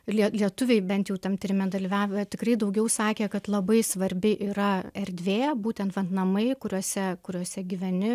lie lietuviai bent jau tam tyrime dalyvavę tikrai daugiau sakė kad labai svarbi yra erdvė būtent vat namai kuriuose kuriuose gyveni